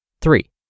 Three